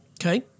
Okay